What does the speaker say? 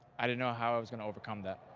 i didn't know how i was gonna overcome that.